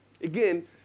Again